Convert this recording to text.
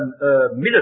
military